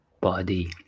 body